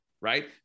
right